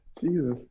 Jesus